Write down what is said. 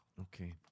Okay